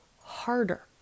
harder